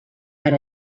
per